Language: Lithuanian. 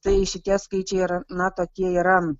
tai šitie skaičiai yra na tokie yra